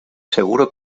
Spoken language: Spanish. seguro